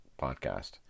podcast